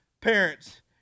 parents